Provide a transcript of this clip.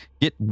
Get